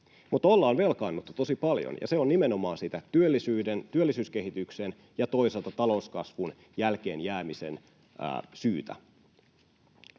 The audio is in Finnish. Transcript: Mutta ollaan velkaannuttu tosi paljon, ja se on nimenomaan työllisyyskehityksen ja toisaalta talouskasvun jälkeen jäämisen syytä.